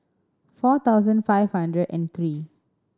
four thousand five hundred and three